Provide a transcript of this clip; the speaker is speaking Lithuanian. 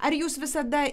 ar jūs visada